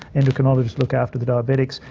endocrinologists look after the diabetics.